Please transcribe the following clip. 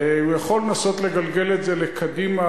הוא יכול לנסות לגלגל את זה קדימה,